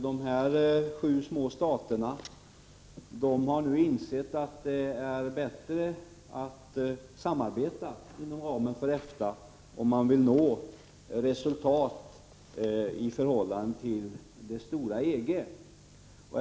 De här sju små staterna har nu insett att det är bättre att samarbeta inom ramen för EFTA om man vill nå resultat i förhållande till den stora Europeiska gemenskapen.